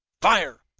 fire!